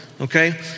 okay